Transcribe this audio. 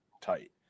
tight